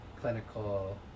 clinical